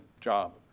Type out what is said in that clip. job